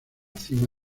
cima